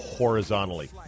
horizontally